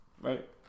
right